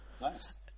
Nice